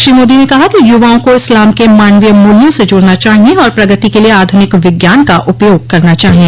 श्री मोदी ने कहा कि युवाओं को इस्लाम के मानवीय मूल्यों से जुड़ना चाहिए और प्रगति के लिए आधुनिक विज्ञान का उपयोग करना चाहिए